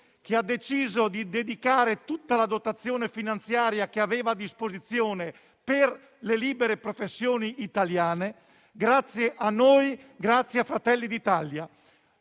che ha deciso di dedicare tutta la dotazione finanziaria che aveva a disposizione per le libere professioni italiane, dopo venti anni di battaglie